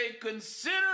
consider